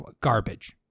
garbage